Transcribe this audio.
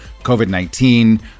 COVID-19